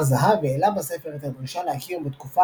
הר-זהב העלה בספר את הדרישה להכיר בתקופה